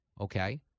Okay